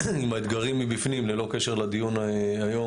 עם האתגרים מבפנים ללא קשר לדיון היום,